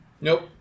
Nope